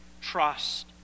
trust